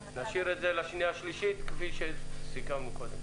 להשאיר את זה לשנייה ושלישית כפי שסיכמנו קודם.